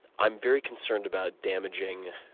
i'm very concerned about damaging